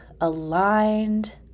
aligned